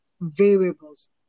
variables